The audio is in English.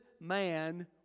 man